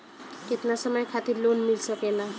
केतना समय खातिर लोन मिल सकेला?